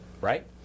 right